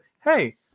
hey